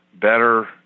better